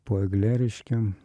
po egle reiškia